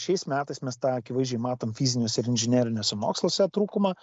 šiais metais mes tą akivaizdžiai matom fiziniuose ir inžineriniuose moksluose trūkumą